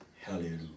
Hallelujah